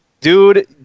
Dude